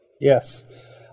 Yes